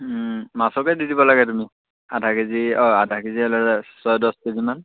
মাছকে দি দিব লাগে তুমি আধা কে জি অঁ আধা কে জি হ'লে ছয় দহ কে জিমান